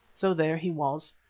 so there he was.